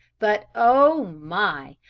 but, oh my!